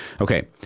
Okay